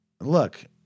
look